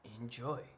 enjoy